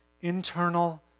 internal